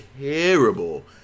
terrible